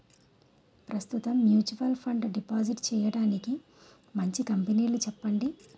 ప్రస్తుతం mutual fund deposit చేయడానికి మంచి కంపెనీలు చెప్పండి